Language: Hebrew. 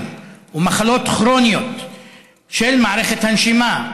ושל מחלות כרוניות של מערכת הנשימה,